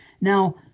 now